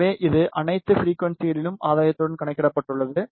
எனவே இது அனைத்து ஃபிரிக்குவன்சிகளிலும் ஆதாயத்துடன் கணக்கிடப்பட்டுள்ளது